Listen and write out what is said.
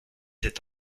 sept